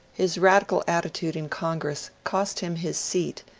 his radical attitude in congress cost him his seat,